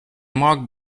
marked